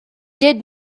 did